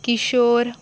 Kishore